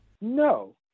No